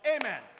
Amen